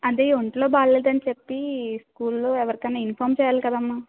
అది ఒంట్లో బాగాలేదని చెప్పి స్కూల్లో ఎవరికైనా ఇన్ఫార్మ్ చెయ్యాలి కదమ్మా